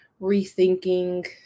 rethinking